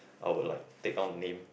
I'll like take down the name